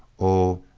oh,